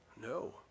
No